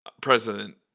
president